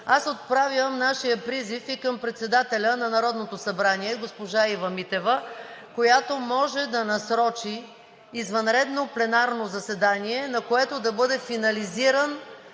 аз отправям нашия призив и към председателя на Народното събрание госпожа Ива Митева, която може да насрочи извънредно пленарно заседание, на което да бъде финализиран